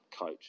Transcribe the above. coach